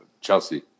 Chelsea